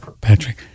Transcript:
Patrick